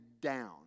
down